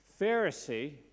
Pharisee